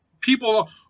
people